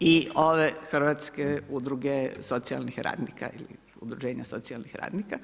i ove Hrvatske udruge socijalnih radnika ili udruženje socijalnih radnika.